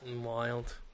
Wild